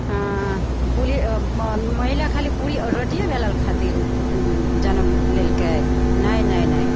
पूरी महिला खाली पूरी आओर रोटिये बेलल खातिर जनम लेलकय नहि नहि नहि